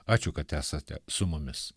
ačiū kad esate su mumis